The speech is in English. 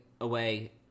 away